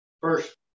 first